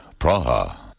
Praha